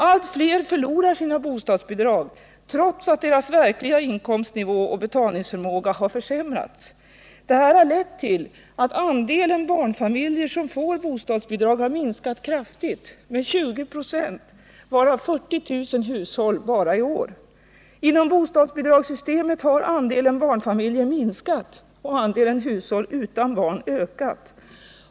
Allt fler förlorar sina bostadsbidr: g, trots att deras verkliga inkomstnivå och betalningsförmåga försämrats. Det här har lett till att andelen barnfamiljer som får bostadsbidrag har minskat kraftigt, med 20 96, varav 40000 hushåll bara i år. Inom bostadsbidragssystemet har andelen barnfamiljer minskat och andelen hushåll utan barn ökat.